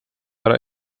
ära